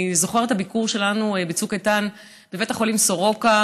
אני זוכרת את הביקור שלנו בצוק איתן בבית החולים סורוקה,